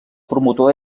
promotor